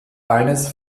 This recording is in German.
eines